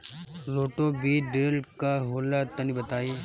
Roto बीज drill का होला तनि बताई?